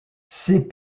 ces